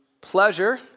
pleasure